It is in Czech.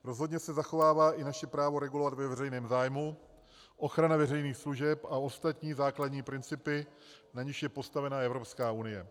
Rozhodně se zachovává i naše právo regulovat ve veřejném zájmu, ochrana veřejných služeb a ostatní základní principy, na nichž je postavena Evropská unie.